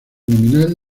nominal